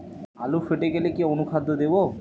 আলু ফেটে গেলে কি অনুখাদ্য দেবো?